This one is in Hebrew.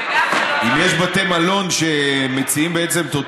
אם יש בתי מלון שמציעים בעצם את אותו